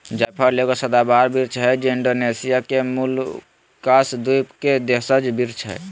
जायफल एगो सदाबहार वृक्ष हइ जे इण्डोनेशिया के मोलुकास द्वीप के देशज वृक्ष हइ